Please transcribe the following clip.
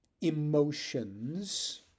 emotions